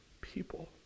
people